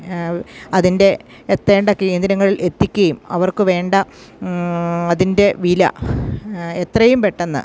അതിൻ്റെ എത്തേണ്ട കേന്ദ്രങ്ങളിൽ എത്തിക്കുകയും അവർക്ക് വേണ്ട അതിൻ്റെ വില എത്രയും പെട്ടെന്ന്